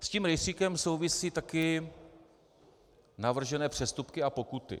S tím rejstříkem souvisí taky navržené přestupky a pokuty.